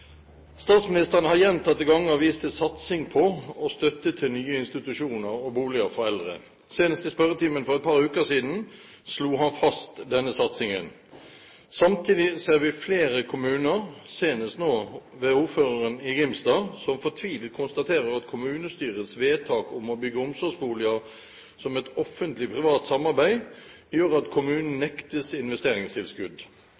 har gjentatte ganger vist til satsing på og støtte til nye institusjoner og boliger for eldre. Senest i spørretimen for et par uker siden slo han fast satsingen. Samtidig ser vi flere kommuner, senest nå ordføreren i Grimstad, som fortvilet konstaterer at kommunestyrets vedtak om å bygge omsorgsboliger som et Offentlig Privat Samarbeid gjør at kommunen